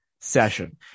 session